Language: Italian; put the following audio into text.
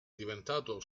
diventato